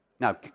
Now